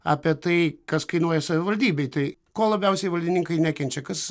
apie tai kas kainuoja savivaldybei tai ko labiausiai valdininkai nekenčia kas